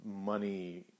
money